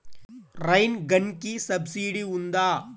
Rain గన్కి subsidy ఉందా?